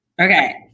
Okay